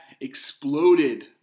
exploded